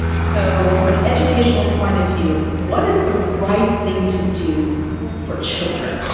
so from an educational point of view, what is the right thing to do for children?